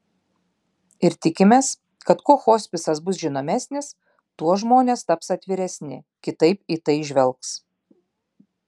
ir tikimės kad kuo hospisas bus žinomesnis tuo žmonės taps atviresni kitaip į tai žvelgs